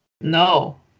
No